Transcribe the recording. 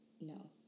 no